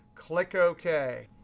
click ok.